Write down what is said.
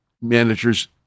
managers